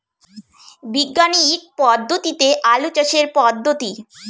বিজ্ঞানিক পদ্ধতিতে আলু চাষের পদ্ধতি?